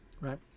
right